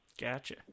Gotcha